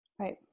Right